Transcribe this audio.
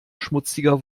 schmutziger